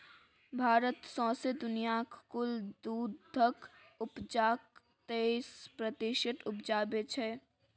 भारत सौंसे दुनियाँक कुल दुधक उपजाक तेइस प्रतिशत उपजाबै छै